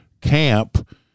camp